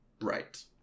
Right